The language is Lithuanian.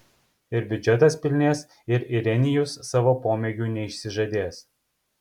ir biudžetas pilnės ir irenijus savo pomėgių neišsižadės